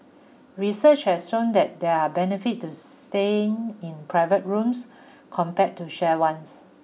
research has shown that there are benefit to staying in private rooms compared to shared ones